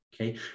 Okay